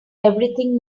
everything